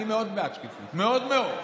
אני מאוד בעד שקיפות, מאוד מאוד.